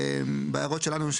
בהערות שלנו,